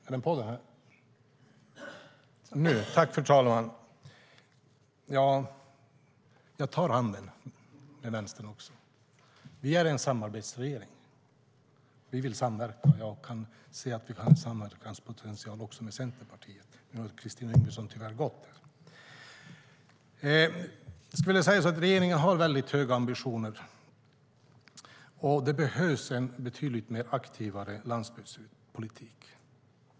Fru talman! Jag tar den utsträckta handen från Vänstern. Vi är en samarbetsregering; vi vill samverka. Men jag kan se att det finns potential för samverkan också med Centerpartiet. Nu ser jag att Kristina Yngwe tyvärr har lämnat kammaren. Regeringen har väldigt höga ambitioner, och det behövs en betydligt aktivare landsbygdspolitik.